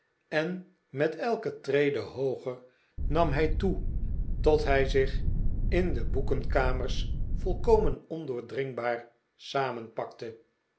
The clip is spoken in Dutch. en met elke trede hooger nam hij toe tot hij zich in de boekenkamers volkomen ondoordringbaar